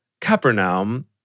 Capernaum